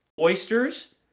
oysters